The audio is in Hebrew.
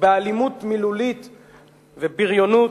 באלימות מילולית ובריונות,